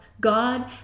God